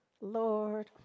Lord